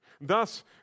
Thus